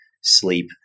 sleep